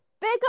Big